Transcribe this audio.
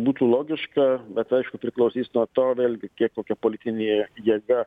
būtų logiška bet aišku priklausys nuo to vėlgi kiek kokia politinė jėga